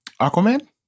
Aquaman